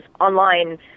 online